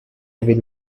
will